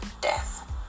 death